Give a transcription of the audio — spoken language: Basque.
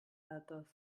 datoz